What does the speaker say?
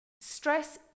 stress